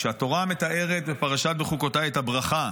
כשהתורה מתארת בפרשת בחוקותיי את הברכה,